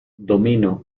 dominó